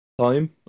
time